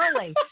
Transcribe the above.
early